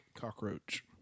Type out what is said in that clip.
cockroach